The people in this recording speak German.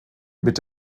mit